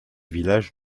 village